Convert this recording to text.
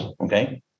Okay